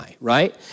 right